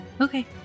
Okay